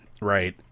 right